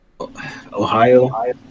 Ohio